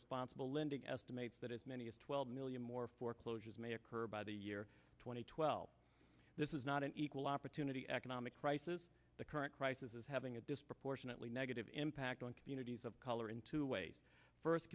responsible lending estimates that as many as twelve million more foreclosures may occur by the year two thousand and twelve this is not an equal opportunity economic crisis the current crisis is having a disproportionately negative impact on communities of color in two ways first